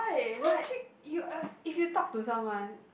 you uh if you talk to someone